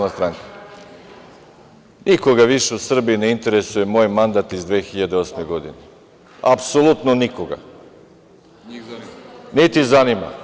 Nikoga više u Srbiji ne interesuje moj mandat iz 2008. godine, apsolutno nikoga, niti zanima.